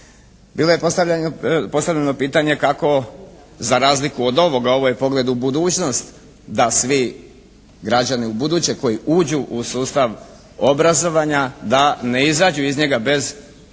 Bilo je postavljeno pitanje kako za razliku od ovoga, ovo je pogled u budućnost, da svi građani u buduće koji uđu u sustav obrazovanja da ne izađu iz njega bez neke